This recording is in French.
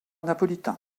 napolitain